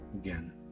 again